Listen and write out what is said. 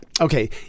okay